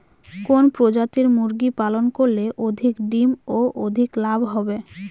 কোন প্রজাতির মুরগি পালন করলে অধিক ডিম ও অধিক লাভ হবে?